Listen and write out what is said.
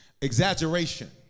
Exaggeration